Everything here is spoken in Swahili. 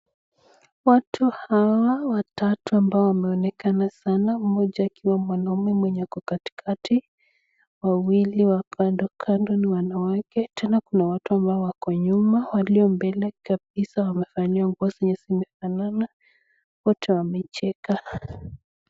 Watu hawa watatu ambao wameonekana sana, mmoja akiwa mwanaume mwenye kuko katikati, wawili wa pande ukando ni wanawake. Tena kuna watu ambao wako nyuma, walio mbele kabisa wamefanyiwa ngozi yenye imefanana, wote wamecheka.